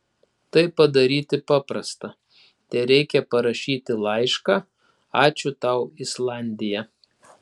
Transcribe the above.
tai padaryti paprasta tereikia parašyti laišką ačiū tau islandija